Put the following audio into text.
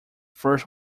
first